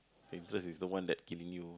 interest is the one that killing you